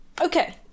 okay